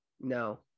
No